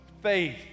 faith